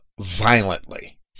violently